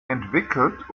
entwickelt